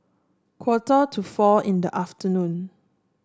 quarter to four in the afternoon